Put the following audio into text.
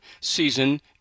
season